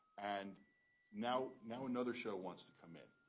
and now now another show wants to come in?